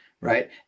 Right